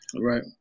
Right